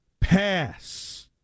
pass